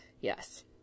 Yes